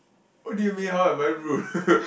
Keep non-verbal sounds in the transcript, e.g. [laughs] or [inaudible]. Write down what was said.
what do you mean how am I rude [laughs]